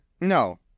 no